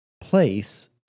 place